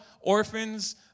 orphans